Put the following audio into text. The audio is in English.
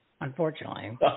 unfortunately